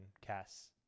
Cass